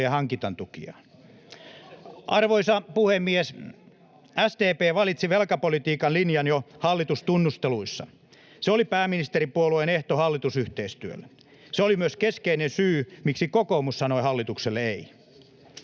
hankintatukia. Arvoisa puhemies! SDP valitsi velkapolitiikan linjan jo hallitustunnusteluissa. Se oli pääministeripuolueen ehto hallitusyhteistyölle. Se oli myös keskeinen syy, miksi kokoomus sanoi hallitukselle ”ei”.